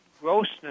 grossness